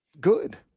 Good